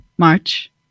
March